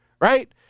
right